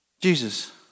Jesus